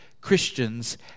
Christians